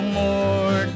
more